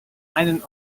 einen